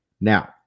Now